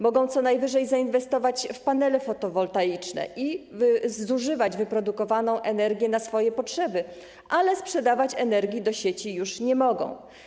Mogą co najwyżej zainwestować w panele fotowoltaiczne i zużywać wyprodukowaną energię na swoje potrzeby, ale sprzedawać energii do sieci już nie mogą.